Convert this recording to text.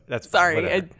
Sorry